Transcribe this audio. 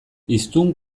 hiztun